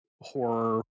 horror